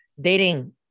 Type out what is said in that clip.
Dating